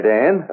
Dan